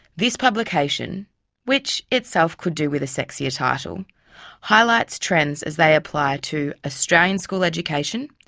this publication which itself could do with a sexier title highlights trends as they apply to australian school education,